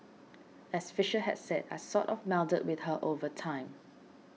as Fisher had said I've sort of melded with her over time